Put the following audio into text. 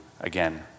again